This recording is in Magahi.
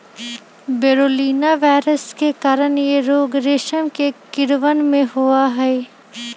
बोरोलीना वायरस के कारण यह रोग रेशम के कीड़वन में होबा हई